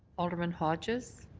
alderman hodges.